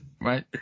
Right